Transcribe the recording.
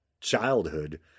childhood